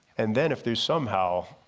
and then if there's somehow